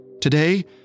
Today